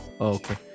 Okay